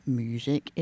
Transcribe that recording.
music